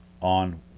on